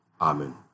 Amen